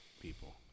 people